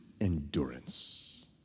endurance